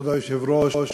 כבוד היושב-ראש,